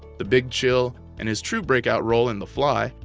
the big chill, and his true breakout role in the fly,